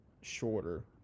shorter